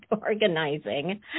organizing